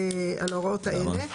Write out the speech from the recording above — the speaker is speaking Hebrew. על ההוראות האלה.